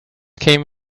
came